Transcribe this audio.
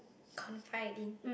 confide in